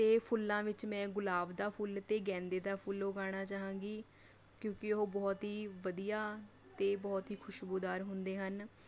ਅਤੇ ਫੁੱਲਾਂ ਵਿੱਚ ਮੈਂ ਗੁਲਾਬ ਦਾ ਫੁੱਲ ਅਤੇ ਗੇਂਦੇ ਦਾ ਫੁੱਲ ਉਗਾਉਣਾ ਚਾਹਾਂਗੀ ਕਿਉਂਕਿ ਉਹ ਬਹੁਤ ਹੀ ਵਧੀਆ ਅਤੇ ਬਹੁਤ ਹੀ ਖੁਸ਼ਬੂਦਾਰ ਹੁੰਦੇ ਹਨ